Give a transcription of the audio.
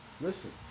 Listen